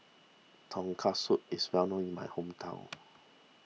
Tonkatsu is well known in my hometown